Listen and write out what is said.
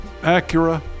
Acura